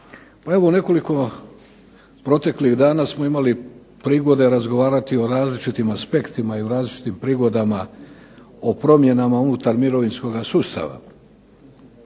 evo u nekoliko proteklih dana smo imali prigode razgovarati o različitim aspektima i o različitim prigodama o promjenama unutar mirovinskoga sustava.